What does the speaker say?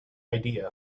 idea